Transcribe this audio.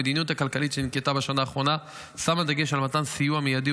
המדיניות הכלכלית שננקטה בשנה האחרונה שמה דגש על מתן סיוע מיידי